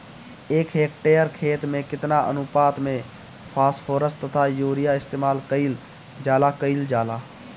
एक हेक्टयर खेत में केतना अनुपात में फासफोरस तथा यूरीया इस्तेमाल कईल जाला कईल जाला?